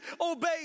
obey